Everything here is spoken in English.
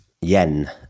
yen